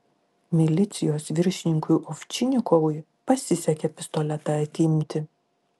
milicijos viršininkui ovčinikovui pasisekė pistoletą atimti